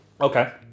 Okay